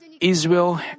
Israel